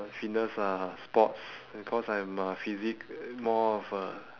fitness ah sports because I am a physic~ more of a